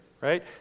right